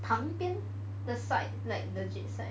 旁边 the side like legit side